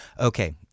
okay